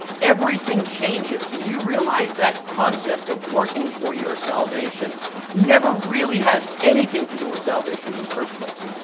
everything changes, and you realize that concept of working for your salvation never really had anything to do with salvation in the first place.